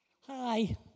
Hi